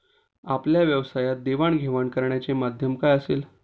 आपल्या व्यवसायात देवाणघेवाण करण्याचे माध्यम काय असेल?